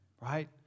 right